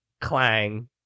Clang